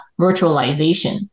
virtualization